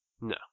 no